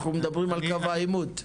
אנחנו מדברים על קו העימות.